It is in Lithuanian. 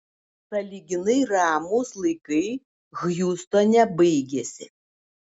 sąlyginai ramūs laikai hjustone baigėsi